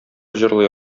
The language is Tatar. җырлый